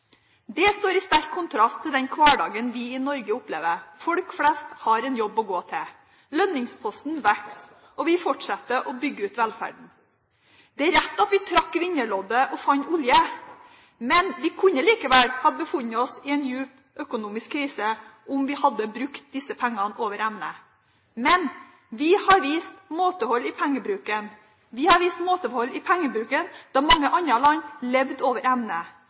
Det står i sterk kontrast til den hverdagen vi i Norge opplever. Folk flest har en jobb å gå til, lønningsposen vokser, og vi fortsetter å bygge ut velferden. Det er rett at vi trakk vinnerloddet og fant olje, men vi kunne likevel ha befunnet oss i en dyp økonomisk krise om vi hadde brukt disse pengene over evne. Men vi har vist måtehold i pengebruken da mange andre land levde over evne,